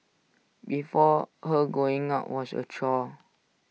before her going out was A chore